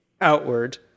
outward